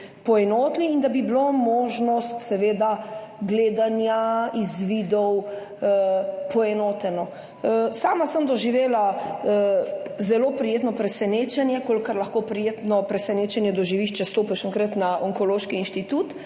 in da bi bilo možnost seveda gledanja izvidov poenoteno. Sama sem doživela zelo prijetno presenečenje, kolikor lahko prijetno presenečenje doživiš, če stopiš enkrat na Onkološki inštitut.